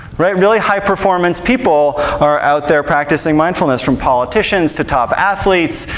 really high performance people are out there practicing mindfulness from politicians to top athletes,